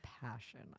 passion